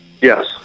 Yes